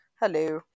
hello